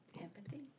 empathy